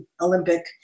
Olympic